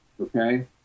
Okay